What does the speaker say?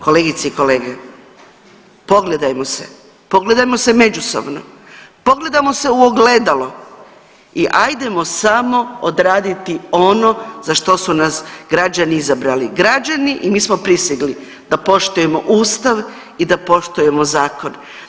Kolegice i kolege, pogledajmo se, pogledamo se međusobno, pogledajmo se u pogledalo i ajedmo samo odraditi ono za što su nas građani izabrali, građani i mi smo prisegli da poštujemo ustav i da poštujemo zakon.